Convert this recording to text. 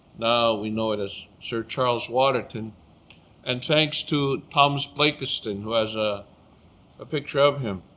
now we know it as sir charles waterton and thanks to thomas blakiston who has a ah picture of him.